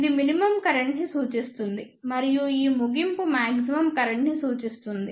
ఇది minimum current ని సూచిస్తుంది మరియు ఈ ముగింపు మాక్సిమమ్ కరెంట్ ని సూచిస్తుంది